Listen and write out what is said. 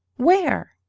where?